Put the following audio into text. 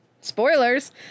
Spoilers